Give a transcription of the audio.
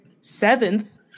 seventh